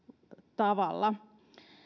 tavalla